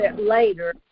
later